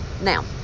Now